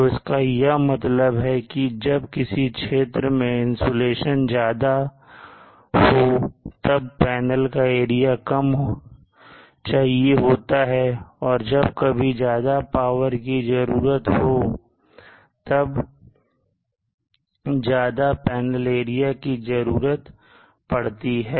तो इसका यह मतलब है कि जब किसी क्षेत्र में इंसुलेशन ज्यादा हो तब पैनल का एरिया कम चाहिए होता है और जब कभी ज्यादा पावर की जरूरत हो तब ज्यादा पैनल एरिया की जरूरत पड़ती है